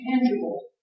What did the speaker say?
tangible